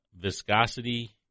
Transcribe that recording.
viscosity